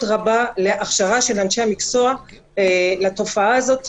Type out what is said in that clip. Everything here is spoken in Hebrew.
רבה להכשרה של אנשי המקצוע לתופעה הזו,